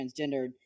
transgendered